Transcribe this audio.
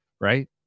Right